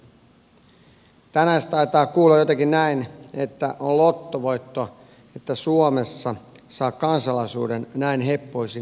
tänään se taitaa kuulua jotenkin näin että on lottovoitto että suomessa saa kansalaisuuden näin heppoisin perustein